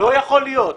לא יכול להיות.